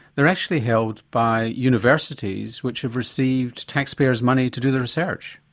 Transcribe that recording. they are actually held by universities which have received tax payers money to do the research.